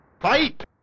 Fight